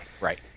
right